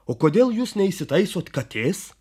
o kodėl jūs neįsitaisot katės